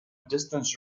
distant